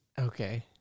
Okay